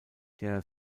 der